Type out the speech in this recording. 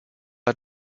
are